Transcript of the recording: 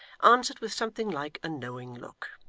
answered, with something like a knowing look,